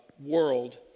world